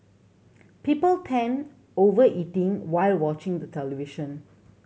people tend over eatting while watching the television